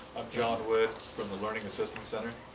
john wood from the learning assistance center.